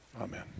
amen